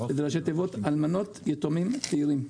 שזה ראשי תיבות של אלמנות, יתומים, צעירים.